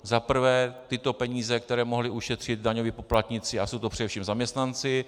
Za prvé tyto peníze, které mohli ušetřit daňoví poplatníci, a jsou to především zaměstnanci.